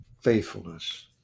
faithfulness